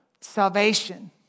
salvation